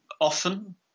often